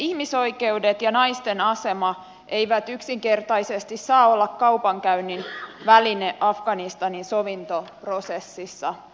ihmisoikeudet ja naisten asema eivät yksinkertaisesti saa olla kaupankäynnin väline afganistanin sovintoprosessissa